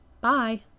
Bye